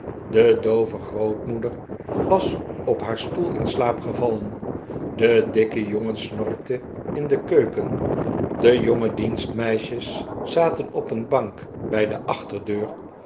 de doove grootmoeder was op haar stoel in slaap ge vail en de dikke jongen snorkte in de keuken de jonge dienstmeisjes zaten op een bank bij de achterdeur